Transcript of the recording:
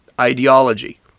ideology